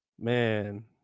man